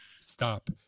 stop